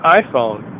iPhone